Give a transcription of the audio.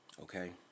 okay